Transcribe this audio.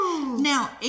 Now